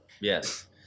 Yes